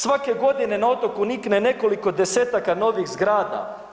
Svake godine na otoku nikne nekoliko desetaka novih zgrada.